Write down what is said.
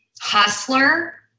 hustler